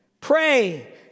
Pray